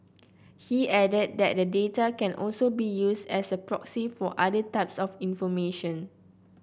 he added that the data can also be used as a proxy for other types of information